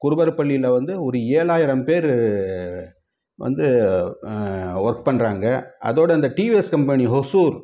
குருபரப்பள்ளியில் வந்து ஒரு ஏழாயிரம் பேர் வந்து ஒர்க் பண்ணுறாங்க அதோடய இந்த டிவிஎஸ் கம்பெனி ஓசூர்